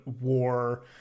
war